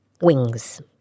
Wings